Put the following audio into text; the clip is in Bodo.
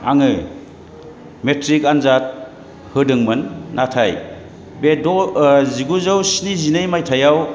आङो मेट्रिक आनजाद होदोंमोन नाथाय द' जिगुजौ स्निजिनै मायथाइआव